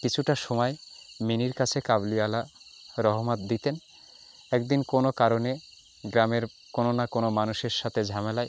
কিছুটা সময় মিনির কাছে কাবুলিওয়ালা রহমত দিতেন এক দিন কোনো কারণে গ্রামের কোনো না কোনো মানুষের সাথে ঝামেলায়